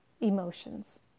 emotions